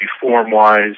form-wise